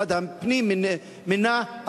משרד הפנים מינה,